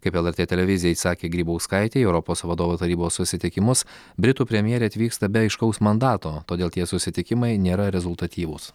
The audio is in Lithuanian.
kaip lrt televizijai sakė grybauskaitė į europos vadovų tarybos susitikimus britų premjerė atvyksta be aiškaus mandato todėl tie susitikimai nėra rezultatyvūs